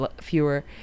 fewer